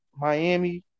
Miami